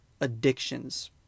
addictions